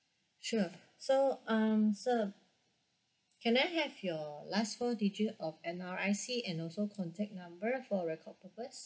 sure so um sir can I have your last four digit of N_R_I_C and also contact number for record purpose